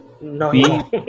No